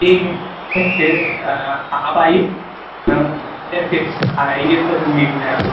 ठीक है फिर आप आइए आइए तो फिर मिलते हैं